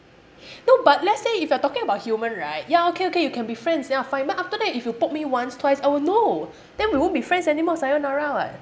no but let's say if you're talking about human right ya okay okay you can be friends ya fine but after that if you poke me once twice I will know then we won't be friends anymore sayonara [what]